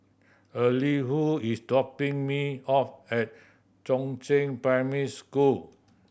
Elihu is dropping me off at Chongzheng Primary School